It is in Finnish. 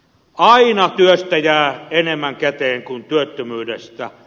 aina työstä jää enemmän käteen kuin työttömyydestä